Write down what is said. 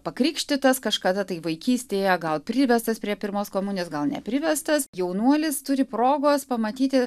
pakrikštytas kažkada tai vaikystėje gal privestas prie pirmos komunijos gal neprivestas jaunuolis turi progos pamatyti